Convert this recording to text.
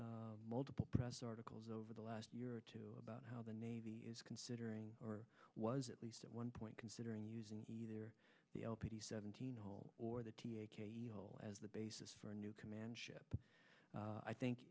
been multiple press articles over the last year or two about how the navy is considering or was at least at one point considering using either the lp seventeen hole or the hole as the basis for a new command ship i think